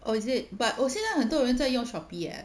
oh is it but 我现在很多人在用 Shopee leh